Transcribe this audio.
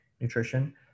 nutrition